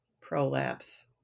prolapse